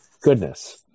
goodness